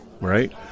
right